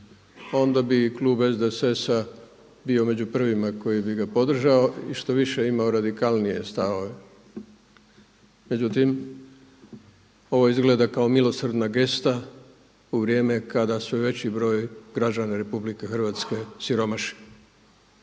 onda bi klub SDSS-a bio među prvima koji bi ga podržao i štoviše imao radikalnije stavove. Međutim, ovo izgleda kao milosrdna gesta u vrijeme kada sve veći broj građana RH siromašno.